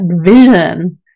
vision